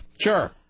Sure